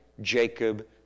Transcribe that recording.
Jacob